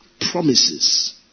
promises